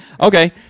okay